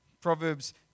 Proverbs